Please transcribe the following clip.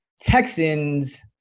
Texans